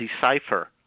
decipher